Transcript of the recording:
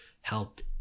helped